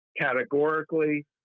categorically